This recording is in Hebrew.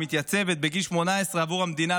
שמתייצבת בגיל 18 עבור המדינה,